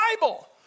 Bible